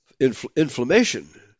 inflammation